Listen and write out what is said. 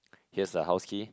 here's the house key